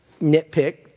nitpick